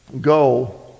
go